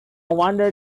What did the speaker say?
wonder